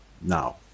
now